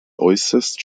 äußerst